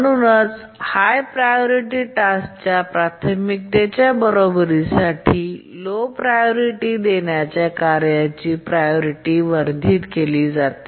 म्हणूनच high priority टास्कच्या प्राथमिकतेच्या बरोबरीसाठी लो प्रायोरिटी देण्याच्या कार्याचे प्रायोरिटी वर्धित केले जाते